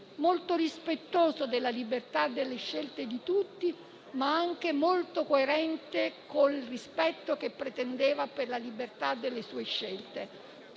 molto rispettoso della libertà e delle scelte di tutti, ma anche molto coerente con il rispetto che pretendeva per la libertà delle sue scelte.